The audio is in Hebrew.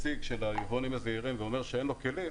היבואנים הזעירים ואומר שאין לו כלים,